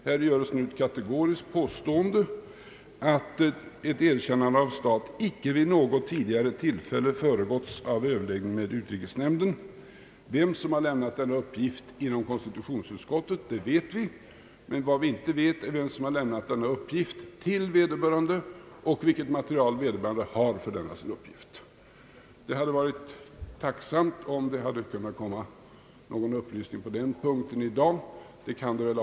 Här görs nu ett kategoriskt påstående att ett erkännande av stat icke vid något tidigare tillfälle föregåtts av överläggning i utrikesnämnden. Vem som lämnat denna uppgift inom konstitutionsutskottet vet vi, men vi vet inte vem som lämnat uppgiften till vederbörande och vilket material vederbörande har som underlag för denna uppgift. Det hade varit tacknämligt, om någon upplysning på den punkten kunnat lämnas i dag.